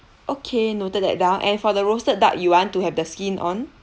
okay noted that down and for the roasted duck you want to have the skin on